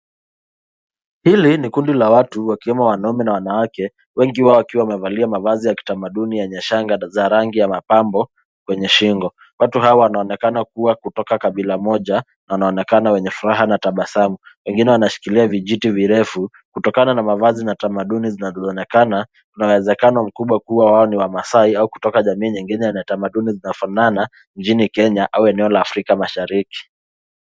Hili ni kundi la watu wakiwemo wanaume na wanawake wengi wao wakiwa wamevalia mavazi ya kitamaduni yenye shanga za rangi ya mapambo kwenye shingo. Watu hawa wanaonekana kuwa kutoka kabila moja na wanaonekana wenye furaha na tabasamu. Wengine wanashikilia vijiti virefu kutokana na mavazi na tamaduni zinazoonekana, kuna uwezekano mkubwa kwamba hawa ni wamasai au kutoka jamii nyingine na tamaduni zinazofanana nchini Kenya au eneo la Afrika Mashariki.